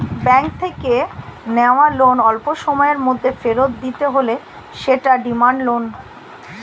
bank থেকে নেওয়া loan অল্পসময়ের মধ্যে ফেরত দিতে হলে সেটা ডিমান্ড লোন